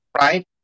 right